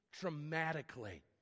dramatically